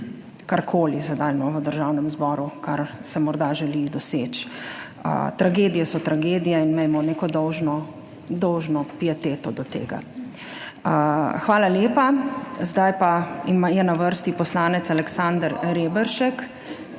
karkoli sedaj v Državnem zboru, za kar se morda želi doseči. Tragedije so tragedije in imejmo neko dolžno pieteto do tega. Hvala lepa. Zdaj pa je na vrsti poslanec Aleksander Reberšek.